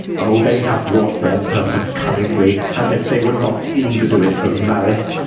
oh, they have wrought their purpose cunningly, as if they would not seem to do it of malice!